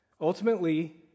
Ultimately